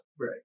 Right